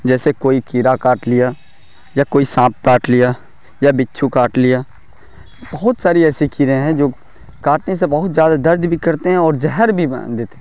جیسے کوئی کیڑا کاٹ لیا یا کوئی سانپ کاٹ لیا یا بچھو کاٹ لیا بہت ساری ایسے کیڑے ہیں جو کاٹنے سے بہت زیادہ درد بھی کرتے ہیں اور زہر بھی بنا دیتے ہیں